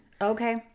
okay